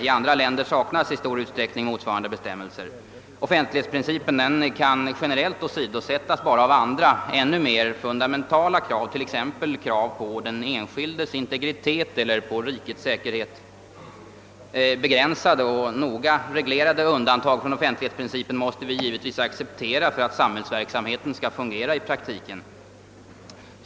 I andra länder saknas i stor utsträckning motsvarande bestämmelser. Offentlighetsprincipen kan generellt åsidosättas endast av andra ännu mera fundamentala krav, t.ex. krav på den enskildes integritet eller på rikets säkerhet. Begränsade och noggrant reglerade un dantag från offentlighetsprincipen accepterar vi givetvis för att samhället skall fungera i praktiken.